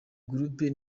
groupe